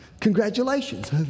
congratulations